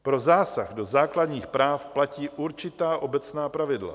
Pro zásah do základních práv platí určitá obecná pravidla.